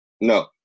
No